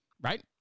right